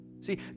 See